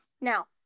Now